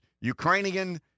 Ukrainian